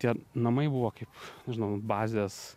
tie namai buvo kaip nežinau bazės